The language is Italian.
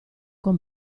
con